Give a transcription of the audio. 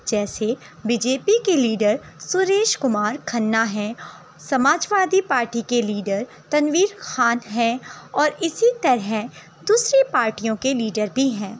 جیسے BJP کے leader Suresh Kumar Khanna ہیں سماج وادی پارٹی کے لیڈر تنویر خان ہیں اور اسی طرح دوسری پارٹیوں کے لیڈر بھی ہیں